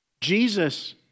Jesus